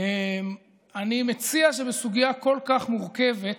אני מציע שבסוגיה כל כך מורכבת